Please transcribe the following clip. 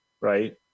Right